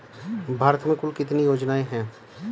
भारत में कुल कितनी योजनाएं हैं?